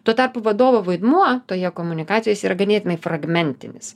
tuo tarpu vadovo vaidmuo toje komunikacijoj jis yra ganėtinai fragmentinis